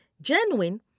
genuine